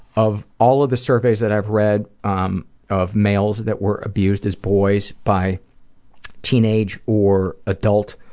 of all of the surveys that i've read um of males that were abused as boys by teenage or adult